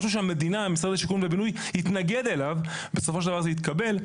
משהו שמשרד הבינוי והשיכון התנגד לו ובסופו של דבר התקבל.